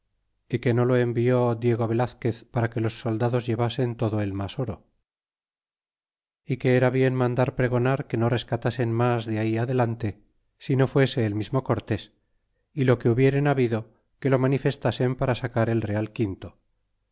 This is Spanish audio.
y que no lo envió diego velazquez para que los soldados llevasen todo el mas oro y que era bien mandar pregonar que no rescatasen mas de ahí adelante si no fuese el mismo cortés y lo que hubiesen habido que lo manifestasen para sacar el real quinto